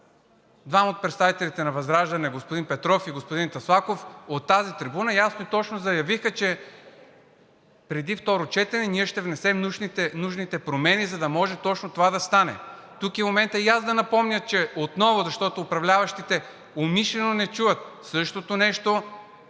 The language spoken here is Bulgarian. двама от представителите на ВЪЗРАЖДАНЕ – господин Петров и господин Таслаков, от тази трибуна ясно и точно заявиха, че преди второ четене ние ще внесем нужните промени, за да може точно това да стане. Тук е моментът и аз да напомня, че отново, защото управляващите умишлено не чуват, същото нещо